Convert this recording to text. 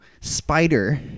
spider